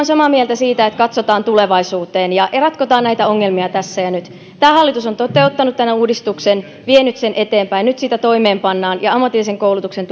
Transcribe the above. samaa mieltä siitä että katsotaan tulevaisuuteen ja ratkotaan näitä ongelmia tässä ja nyt tämä hallitus on toteuttanut uudistuksen vienyt sen eteenpäin nyt sitä toimeenpannaan ja ammatillisen koulutuksen